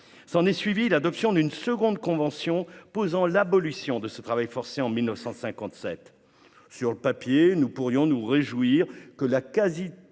S'en est suivie l'adoption d'une seconde convention pour l'abolition du travail forcé en 1957. Sur le papier, nous pourrions nous réjouir que la quasi-totalité